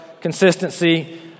consistency